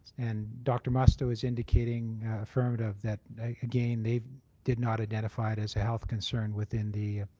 and dr. musto is indicating affirmative that again they did not identify it as a health concern within the